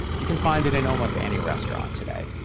you can find it in almost any restaurant today.